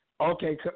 Okay